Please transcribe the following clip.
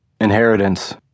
Inheritance